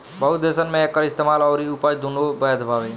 बहुत देसन मे एकर इस्तेमाल अउरी उपज दुनो बैध बावे